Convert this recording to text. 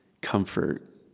comfort